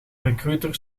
recruiter